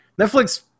netflix